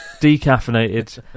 decaffeinated